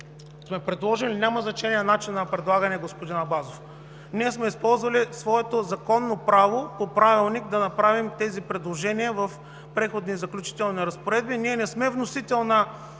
сме предложили – няма значение начинът на предлагане, господин Абазов – ние сме използвали своето законно право по Правилник да направим тези предложения в Преходните и заключителните разпоредби. Ние не сме вносител на